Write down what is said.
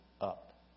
up